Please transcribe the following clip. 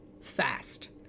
fast